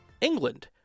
England